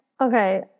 Okay